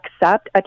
accept